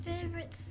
favorite